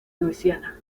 luisiana